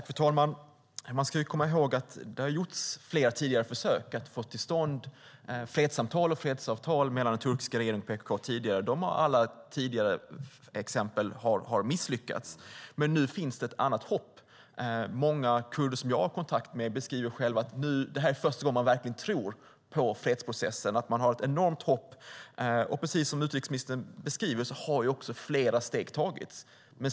Fru talman! Man ska komma ihåg att det har gjorts flera tidigare försök att få till stånd fredssamtal och fredsavtal mellan den turkiska regeringen och PKK. De har alla misslyckats. Nu finns det dock ett annat hopp. Många kurder som jag har kontakt med beskriver att detta är första gången man verkligen tror på fredsprocessen. Man har ett enormt hopp. Precis som utrikesministern beskriver har också flera steg tagits.